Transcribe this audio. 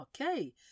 Okay